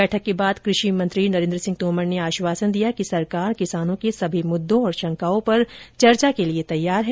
बैठक के बाद कृ षि मंत्री ने आश्वासन दिया कि सरकार किसानों के सभी मुद्दों और शंकाओं पर चर्चा के लिए तैयार है